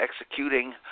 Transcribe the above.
executing